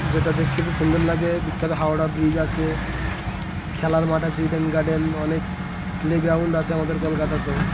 যেটা দেখতে খুব সুন্দর লাগে বিখ্যাত হাওড়া ব্রিজ আছে খেলার মাঠা ইডেন গার্ডেন অনেক প্লেগ্রাউন্ড আছে আমাদের কলকাতাতেও